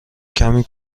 کمی